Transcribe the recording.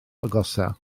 agosaf